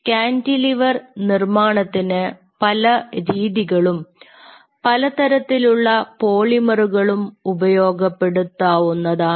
cantilever നിർമ്മാണത്തിന് പല രീതികളും പലതരത്തിലുള്ള പോളിമറുകളും ഉപയോഗപ്പെടുത്താവുന്നതാണ്